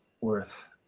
worth